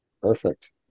Perfect